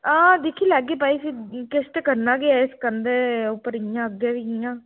हां दिक्खी लैह्गी भाई फ्ही किश ते करना गै इस कंधै उप्पर इ'यां अग्गें बी इ'यां